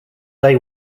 they